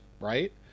right